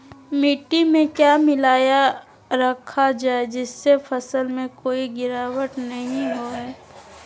मिट्टी में क्या मिलाया रखा जाए जिससे फसल में कोई गिरावट नहीं होई?